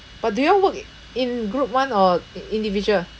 but do you work in group [one] or i~ individual